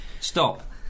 Stop